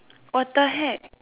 what the heck